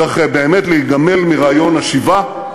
צריך באמת להיגמל מרעיון השיבה,